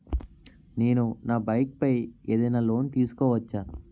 నేను నా బైక్ పై ఏదైనా లోన్ తీసుకోవచ్చా?